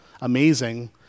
amazing